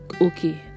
okay